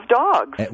dogs